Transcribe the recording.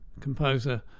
composer